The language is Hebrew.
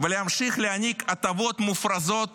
ולהמשיך להעניק הטבות מופרזות